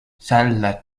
seul